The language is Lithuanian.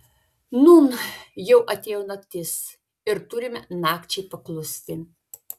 nūn jau atėjo naktis ir turime nakčiai paklusti